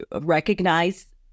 recognize